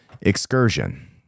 excursion